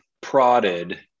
prodded